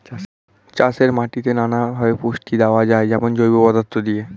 চাষের মাটিতে নানা ভাবে পুষ্টি দেওয়া যায়, যেমন জৈব পদার্থ দিয়ে